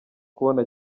kubona